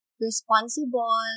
responsible